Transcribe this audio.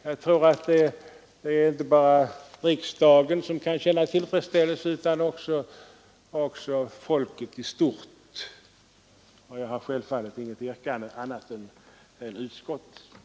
Jag tror att det är inte bara riksdagen som kan känna tillfredsställelse utan också folket i stort, och jag har självfallet inget annat yrkande än om bifall till utskottets hemställan.